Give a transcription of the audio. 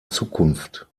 zukunft